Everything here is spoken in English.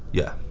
yeah.